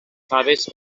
faves